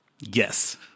Yes